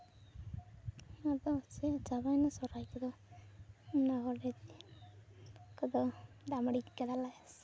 ᱟᱫᱚ ᱥᱮ ᱪᱟᱵᱟᱭ ᱱᱟ ᱥᱚᱨᱦᱟᱭ ᱠᱚᱫᱚ ᱟᱫᱚ ᱫᱟᱜ ᱢᱟᱹᱲᱤᱭ ᱠᱟᱫᱟᱞᱮ